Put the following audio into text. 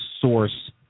source